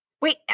Wait